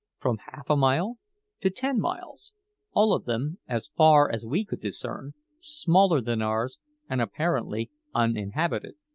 from half-a-mile to ten miles all of them, as far as we could discern, smaller than ours and apparently uninhabited.